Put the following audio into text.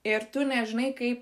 ir tu nežinai kai